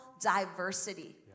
diversity